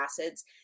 acids